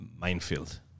minefield